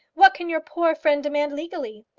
what can your poor friend demand legally?